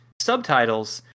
subtitles